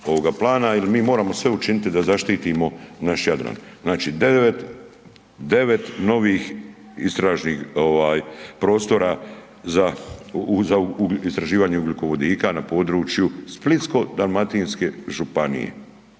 jer mi moramo sve učiniti da zaštitimo naš Jadran. Znači 9 novih istražnih ovaj prostora za istraživanje ugljikovodika na području Splitsko-dalmatinske županije,